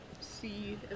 see